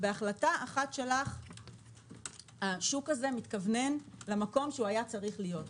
בהחלטה אחת שלך השוק הזה מתכוונן למקום שהוא היה צריך להיות בו.